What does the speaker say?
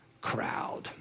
crowd